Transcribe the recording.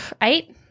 Eight